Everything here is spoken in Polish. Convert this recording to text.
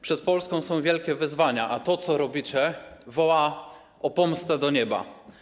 Przed Polską są wielkie wyzwania, a to, co robicie, woła o pomstę do nieba.